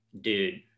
dude